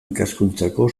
ikaskuntzako